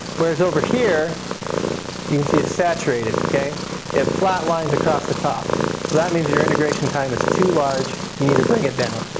whereas over here you can see it's saturated. it flat lines across the top. so that means your integration time is too large you need to bring it down.